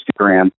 Instagram